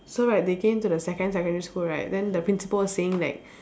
so right they came to the second secondary school right then the principal saying like